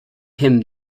him